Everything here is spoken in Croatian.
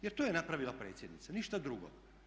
Jer to je napravila predsjednica, ništa drugo.